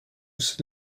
was